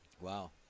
Wow